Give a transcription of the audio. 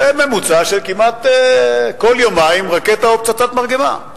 זה ממוצע של כל יומיים רקטה או פצצת מרגמה.